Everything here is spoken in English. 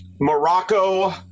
Morocco